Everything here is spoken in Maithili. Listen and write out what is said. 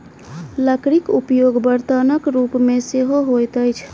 लकड़ीक उपयोग बर्तनक रूप मे सेहो होइत अछि